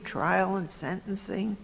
trial and sentencing